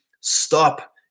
stop